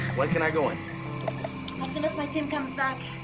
when can i go in? as soon as my team comes back,